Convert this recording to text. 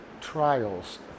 trials